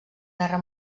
guerra